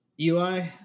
Eli